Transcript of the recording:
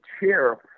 chair